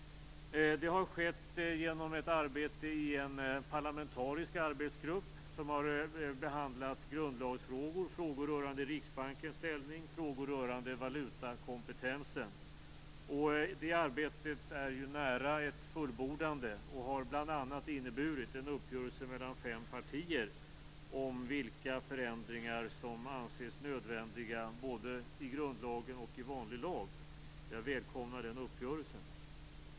Det har skett genom ett arbete i en parlamentarisk arbetsgrupp som har behandlat grundlagsfrågor, frågor rörande Riksbankens ställning och valutakompetensen. Det arbetet är nära ett fullbordande och har bl.a. inneburit en uppgörelse mellan fem partier om vilka förändringar som anses nödvändiga både i grundlagen och i vanlig lag. Jag välkomnar den uppgörelsen.